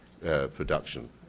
production